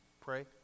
pray